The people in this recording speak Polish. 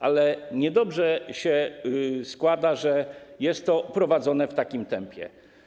Ale niedobrze się składa, że jest to prowadzone w takim tempie.